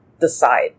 decide